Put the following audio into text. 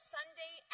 Sunday